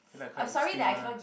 okay lah quite interesting mah